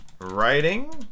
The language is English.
Writing